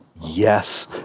Yes